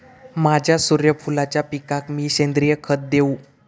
माझ्या सूर्यफुलाच्या पिकाक मी सेंद्रिय खत देवू?